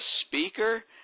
speaker